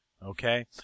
Okay